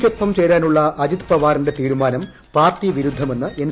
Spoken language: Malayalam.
ക്കൊപ്പം ച്ചേർാനുള്ള അജിത് പവാറിന്റെ തീരുമാനം പാർട്ടി ്വിരുദ്ധ്മെന്ന് എൻ